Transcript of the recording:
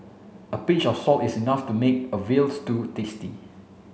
a pinch of salt is enough to make a veal stew tasty